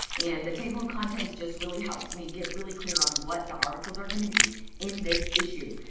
and the table of contents just really helps me get really clear on what the articles are gonna be in this issue.